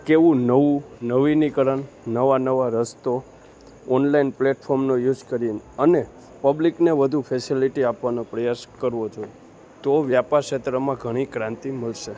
કેવું નવું નવીનીકરણ નવા નવા રસ્તો ઓનલાઈન પ્લેટફોર્મનો યુસ કરીને અને પબ્લિકને વધુ ફેસેલીટી આપવાનો પ્રયાસ કરવો જોઈ તો વ્યાપાર ક્ષેત્રમાં ઘણી ક્રાંતિ મળશે